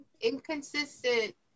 inconsistent